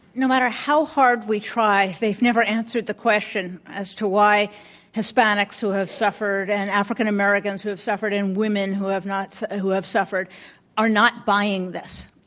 no matter how hard we try they've never answered the question as to why hispanics who have suffered and african americans who have suffered and women who have not who have suffered are not buying this.